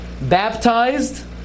baptized